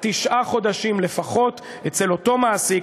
תשעה חודשים לפחות אצל אותו מעסיק,